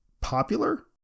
popular